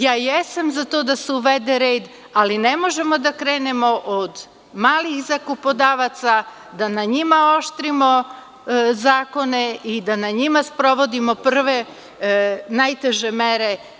Ja jesam za to da se uvede red, ali ne možemo da krenemo od malih zakupodovaca, da njima oštrimo zakone i da njima sprovodimo prve najteže mere.